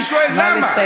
אני שואל: למה?